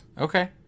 Okay